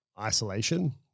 isolation